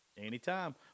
Anytime